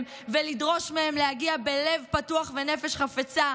ולדרוש מהם להגיע בלב פתוח ונפש חפצה,